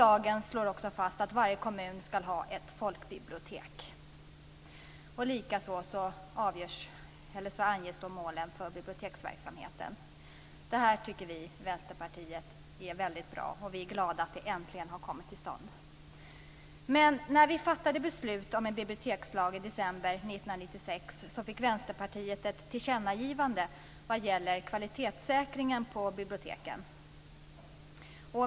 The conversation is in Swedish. Lagen slår också fast att varje kommun skall ha ett folkbibliotek. Likaså anges målen för folkbiblioteken. Det här tycker vi i Vänsterpartiet är väldigt bra. Vi är glada att detta äntligen har kommit till stånd. När vi fattade beslut om en bibliotekslag i december 1996, fick Vänsterpartiet ett tillkännagivande vad gäller kvalitetssäkringen av biblioteken.